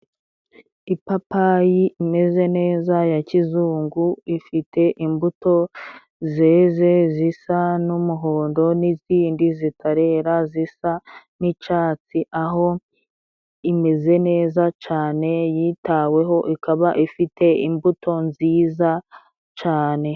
Ipapayi imeze neza ya kizungu, ifite imbuto zeze zisa n'umuhondo n'izindi zitarera zisa n'icatsi, aho imeze neza cane, yitaweho ikaba ifite imbuto nziza cane.